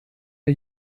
der